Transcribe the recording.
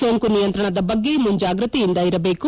ಸೋಂಕು ನಿಯಂತ್ರಣದ ಬಗ್ಗೆ ಮುಂಜಾಗ್ರತೆಯಿಂದ ಇರಬೇಕು